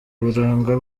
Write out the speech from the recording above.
uburanga